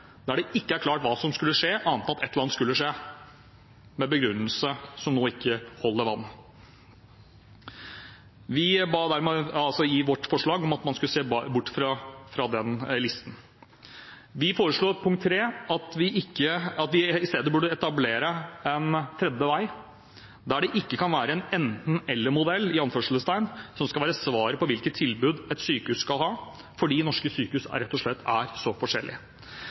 der det ikke er klart hva som skulle skje, annet enn at et eller annet skulle skje, med en begrunnelse som nå ikke holder vann. Vi ba altså i vårt forslag om at man skulle se bort fra den listen. Vi foreslo at vi i stedet burde etablere en tredje vei, der det ikke kan være en «enten-eller-modell» som skal være svaret på hvilke tilbud et sykehus skal ha, fordi norske sykehus rett og slett er så